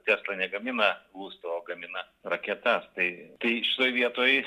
tesla negamina lustų o gamina raketas tai tai tai šitoj vietoj